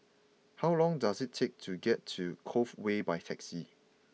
how long does it take to get to Cove Way by taxi